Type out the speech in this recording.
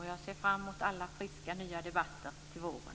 Jag ser fram emot alla friska debatter till våren.